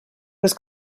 was